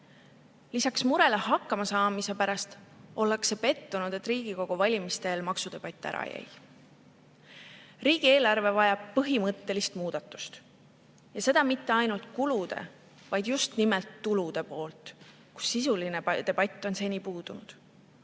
Lisaks murele hakkamasaamise pärast ollakse pettunud, et Riigikogu valimiste eel maksudebatt ära jäi. Riigieelarve vajab põhimõttelist muudatust ja seda mitte ainult kulude, vaid just nimelt tulude poolel, kus sisuline debatt on seni puudunud.